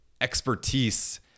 expertise